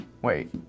Wait